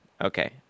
Okay